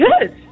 good